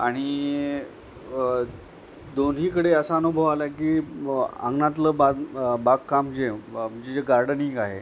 आणि दोन्हीकडे असा अनुभव आला की अंगणातलं बाग बागकाम जे जे जे गार्डनिंग आहे